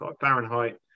Fahrenheit